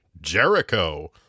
Jericho